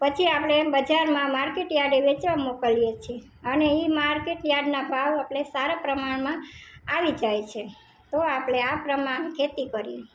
પછી આપણે બજારમાં માર્કેટ યાર્ડે વેચવા મોકલીએ છે અને એ માર્કેટ યાર્ડના ભાવ આપણે સારા પ્રમાણમાં આવી જાય છે તો આપણે આ પ્રમાણે ખેતી કરીએ